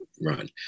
run